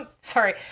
Sorry